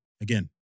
again